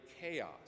chaos